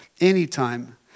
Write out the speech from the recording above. anytime